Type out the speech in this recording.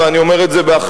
ואני אומר את זה באחריות,